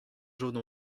jaune